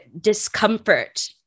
discomfort